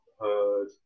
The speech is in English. heard